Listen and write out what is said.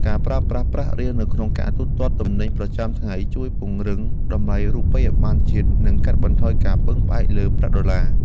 ការប្រើប្រាស់ប្រាក់រៀលនៅក្នុងការទូទាត់ទំនិញប្រចាំថ្ងៃជួយពង្រឹងតម្លៃរូបិយប័ណ្ណជាតិ និងកាត់បន្ថយការពឹងផ្អែកលើប្រាក់ដុល្លារ។